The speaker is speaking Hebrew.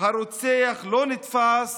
הרוצח לא נתפס